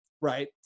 right